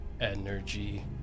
energy